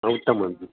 उत्तमं जि